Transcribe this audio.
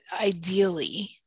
ideally